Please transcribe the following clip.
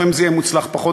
לפעמים זה יהיה מוצלח פחות,